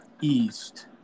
East